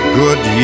good